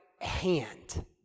hand